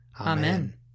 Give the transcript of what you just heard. Amen